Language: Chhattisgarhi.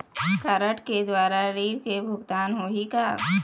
कारड के द्वारा ऋण के भुगतान होही का?